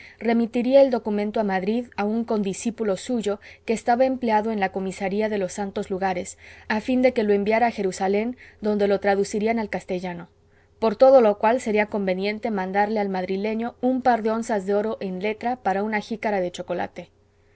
remitiría el documento a madrid a un condiscípulo suyo que estaba empleado en la comisaría de los santos lugares a fin de que lo enviara a jerusalén donde lo traducirían al castellano por todo lo cual sería conveniente mandarle al madrileño un par de onzas de oro en letra para una jícara de chocolate